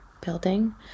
building